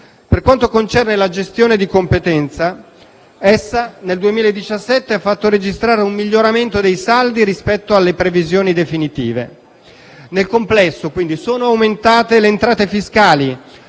Per quanto concerne la gestione di competenza, nel 2017 essa ha fatto registrare un miglioramento dei saldi rispetto alle previsioni definitive. Nel complesso, quindi, sono aumentate le entrate fiscali,